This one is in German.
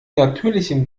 natürlichem